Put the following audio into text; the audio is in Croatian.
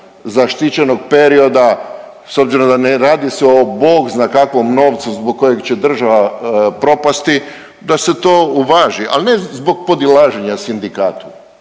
zaštićenog perioda s obzirom da ne radi se o Bog zna kakvom novcu zbog kojeg će država propasti da se to uvaži, al ne zbog podilaženja sindikatu,